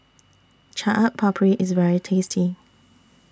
Chaat Papri IS very tasty